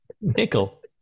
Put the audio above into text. nickel